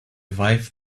wife